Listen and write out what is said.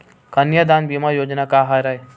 कन्यादान बीमा योजना का हरय?